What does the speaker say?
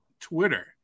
Twitter